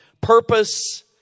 purpose